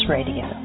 Radio